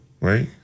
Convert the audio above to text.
Right